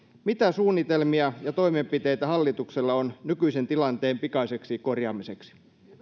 mitä suunnitelmia ja toimenpiteitä hallituksella on nykyisen tilanteen korjaamiseksi